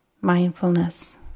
mindfulness